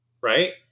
right